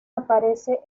aparece